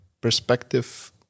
perspective